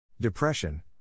depression